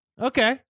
Okay